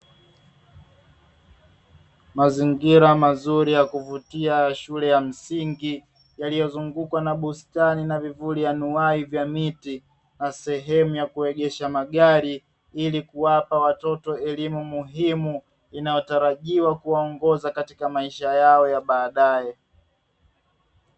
Mazingira mazuri ya kuvutia ya shule ya msingi, yaliyozungukwa na bustani na vivuli anuai vya miti, na sehemu ya kuegesha magari, ili kuwapa watoto elimu muhimu inayotarajiwa kuwaongoza katika maisha yao ya baadaye.